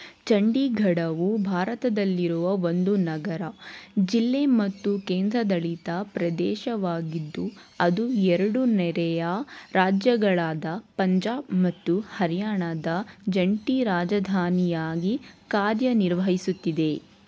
ಚಂಡೀಗಢವು ಭಾರತದಲ್ಲಿರುವ ಒಂದು ನಗರ ಜಿಲ್ಲೆ ಮತ್ತು ಕೇಂದ್ರದಳಿತ ಪ್ರದೇಶವಾಗಿದ್ದು ಅದು ಎರಡು ನೆರೆಯ ರಾಜ್ಯಗಳಾದ ಪಂಜಾಬ್ ಮತ್ತು ಹರಿಯಾಣದ ಜಂಟಿ ರಾಜಧಾನಿಯಾಗಿ ಕಾರ್ಯನಿರ್ವಹಿಸುತ್ತಿದೆ